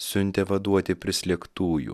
siuntė vaduoti prislėgtųjų